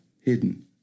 hidden